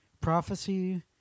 prophecy